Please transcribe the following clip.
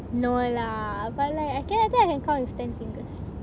no lah but like I can I think I can count with ten fingers